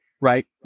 right